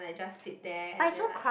I just sit there and then like